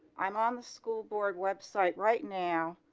i'm on the school board website right now